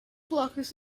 blockers